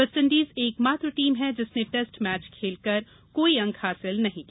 West Indies एकमात्र team है जिसने टेस्ट मैच खेलकर कोई अंक हासिल नहीं किया